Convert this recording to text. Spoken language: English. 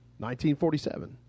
1947